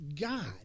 God